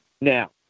Now